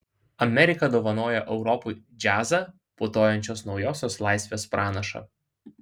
amerika dovanoja europai džiazą putojančios naujosios laisvės pranašą